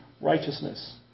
righteousness